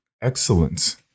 excellence